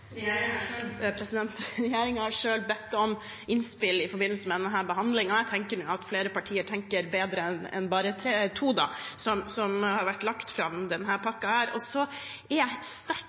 har selv bedt om innspill i forbindelse med denne behandlingen, og jeg tenker at flere partier tenker bedre enn bare to, som har lagt fram denne pakken. Så er jeg sterkt